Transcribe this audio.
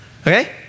Okay